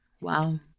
wow